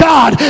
God